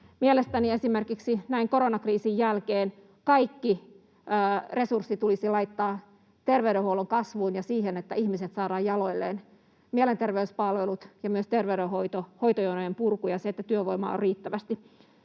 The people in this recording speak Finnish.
Mielestäni esimerkiksi näin koronakriisin jälkeen kaikki resurssit tulisi laittaa terveydenhuollon kasvuun ja siihen, että ihmiset saadaan jaloilleen: mielenterveyspalveluihin ja myös terveydenhoitoon, hoitojonojen purkuun ja siihen, että työvoimaa on riittävästi.